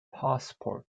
passport